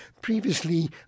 Previously